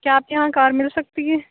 کیا آپ کے یہاں کار مل سکتی ہے